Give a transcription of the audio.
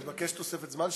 אני מבקש תוספת זמן.